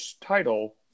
title